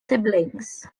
siblings